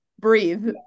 Breathe